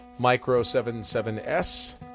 Micro77S